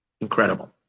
Incredible